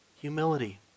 Humility